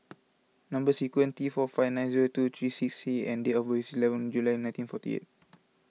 Number Sequence T four five nine zero two three six C and date of birth is eleven July nineteen forty eight